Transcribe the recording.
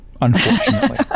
unfortunately